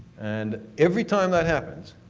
and every time that happens,